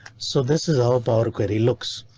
so this is all about query looks.